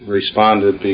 responded